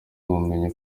ubumenyi